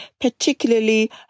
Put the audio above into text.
particularly